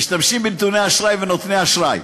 משתמשים בנתוני אשראי ונותני אשראי,